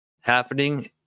happening